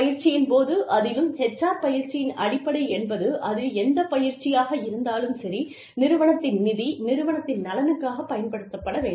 பயிற்சியின் போது அதிலும் HR பயிற்சியின் அடிப்படை என்பது அது எந்த பயிற்சியாக இருந்தாலும் சரி நிறுவனத்தின் நிதி நிறுவனத்தின் நலனுக்காக பயன்படுத்தப்பட வேண்டும்